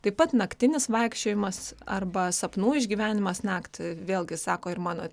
taip pat naktinis vaikščiojimas arba sapnų išgyvenimas naktį vėlgi sako ir mano